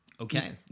okay